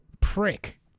prick